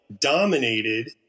dominated